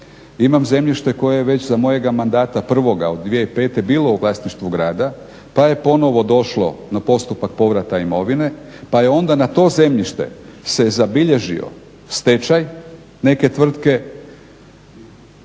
imam zemljište koje već za vrijeme mojega mandata prvoga od 2005.bilo u vlasništvu grada pa je ponovo došlo na postupak povrata imovine, pa je onda na to zemljište se zabilježio stečaj neke tvrtke